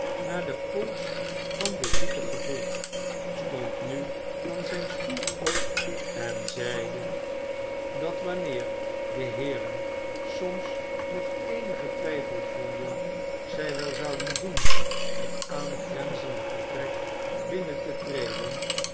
naar den pols van den zieke gevoeld stond nu van zijn stoel op en zeide dat wanneer de heeren soms nog eenigen twijfel voedden zij wel zouden doen het aangrenzende vertrek binnen te treden